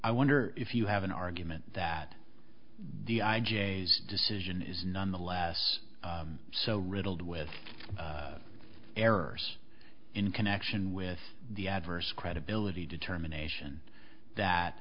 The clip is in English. i wonder if you have an argument that the i j s decision is nonetheless so riddled with errors in connection with the adverse credibility determination that